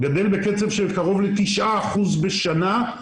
גדל בקצב של קרוב לתשעה אחוזים בשנה.